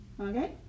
okay